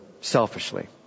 selfishly